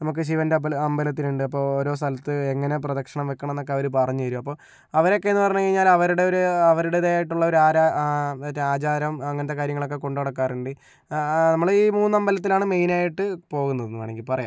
നമുക്ക് ശിവൻ്റെ അമ്പല അമ്പലത്തിൽ ഉണ്ട് അപ്പോൾ ഓരോ സ്ഥലത്ത് എങ്ങനെ പ്രദക്ഷണം വെക്കണന്നൊക്കെ അവര് പറഞ്ഞു തരും അപ്പോൾ അവരൊക്കേന്ന് പറഞ്ഞു കഴിഞ്ഞാല് അവരുടെ ഒരു അവരുടേതായിട്ടുള്ള ഒരാരാ മറ്റേ ആചാരം അങ്ങനത്തെ കാര്യങ്ങളൊക്കെ കൊണ്ട് നടക്കാറുണ്ട് നമ്മള് ഈ മൂന്നമ്പലത്തിലാണ് മെയിനായിട്ട് പോകുന്നത് എന്ന് വേണമെങ്കിൽ പറയാം